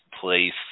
place